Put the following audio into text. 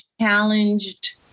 challenged